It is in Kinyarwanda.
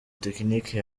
tekinike